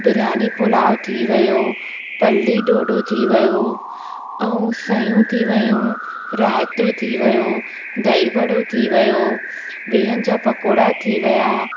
बिरयानी पुलाउ थी वियो पल्ली डोढो थी वियो ऐं सयूं थी वियूं राइतो थी वियो दही वड़ो थी वियो बेहनि जा पकौड़ा थी विया